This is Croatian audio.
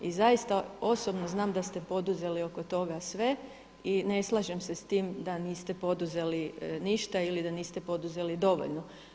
I zaista osobno znam da ste poduzeli oko toga sve i ne slažem se s tim da niste poduzeli ništa ili da niste poduzeli dovoljno.